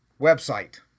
Website